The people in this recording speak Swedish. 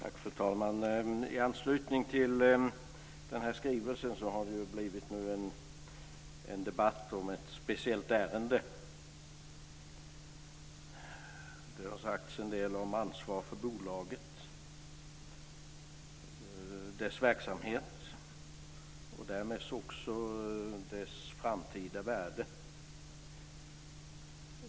Fru talman! I anslutning till den här skrivelsen har det nu blivit en debatt om ett speciellt ärende. Det har sagts en del om ansvar för bolaget, dess verksamhet och därmed också dess framtida värde.